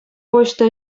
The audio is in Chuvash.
почта